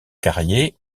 carrier